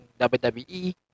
WWE